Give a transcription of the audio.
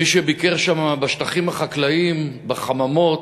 מי שביקר שם, בשטחים החקלאיים, בחממות,